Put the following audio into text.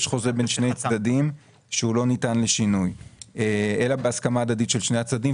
יש חוזה בין צדדים שהוא לא ניתן לשינוי אלא בהסכמה הדדית של שני הצדדים.